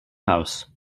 house